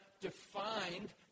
defined